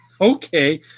okay